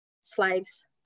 slaves